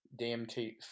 DMT